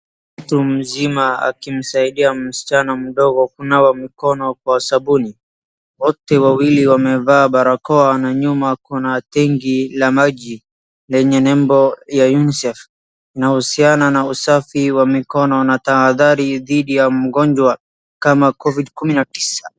Mtu mzima akimsaidia msichana mdogo kunawa mkono kwa sabuni. Wote wawili wamevaa barakoa na nyuma kuna tenki ya maji lenye nembo ya UNICEF .Inahusuiana na usafi wa mikono na tahadhari ya mgonjwa kama Covid kumi na tisa.